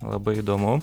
labai įdomu